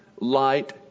light